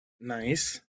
Nice